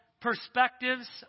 Perspectives